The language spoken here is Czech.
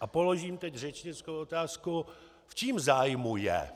A položím teď řečnickou otázku: V čím zájmu je,